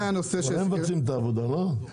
אבל הם מבצעים את העבודה, לא?